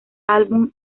álbum